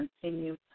continue